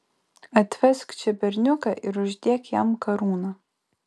atvesk čia berniuką ir uždėk jam karūną